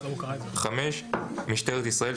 משטרת ישראל,